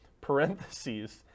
parentheses